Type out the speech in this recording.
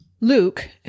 Luke